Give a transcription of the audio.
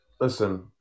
listen